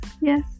yes